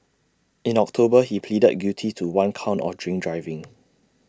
in October he pleaded guilty to one count of drink driving